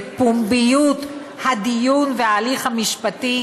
לפומביות הדיון וההליך המשפטי,